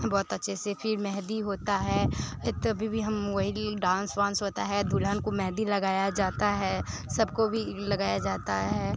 बहुत अच्छे से फिर मेहंदी होती है तभी भी हम वही डांस वांस होता है दुल्हन को मेहंदी लगाई जाती है सब को भी लगाया जाता है